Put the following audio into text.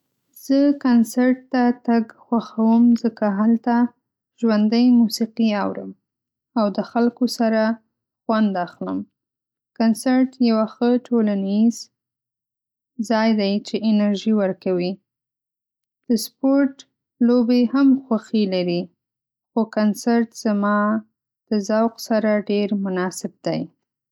زه کنسرت ته تګ خوښوم ځکه هلته ژوندۍ موسیقي اورم او د خلکو سره خوند اخلم. کنسرت یو ښه ټولنیز ځای دی چې انرژي ورکوي. د سپورټ لوبې هم خوښي لري، خو کنسرت زما د ذوق سره ډېر مناسب دی.